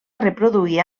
reproduir